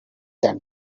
that